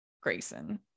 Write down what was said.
Grayson